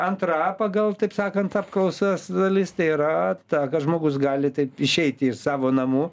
antra pagal taip sakant apklausas dalis tai yra ta kad žmogus gali taip išeiti iš savo namų